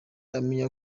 amenya